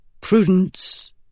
Prudence